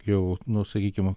jau nu sakykim